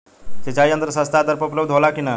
सिंचाई यंत्र सस्ता दर में उपलब्ध होला कि न?